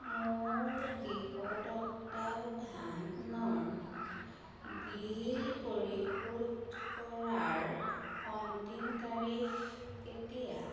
মোৰ গৃহ তত্বাৱধানৰ বিল পৰিশোধ কৰাৰ অন্তিম তাৰিখ কেতিয়া